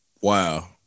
Wow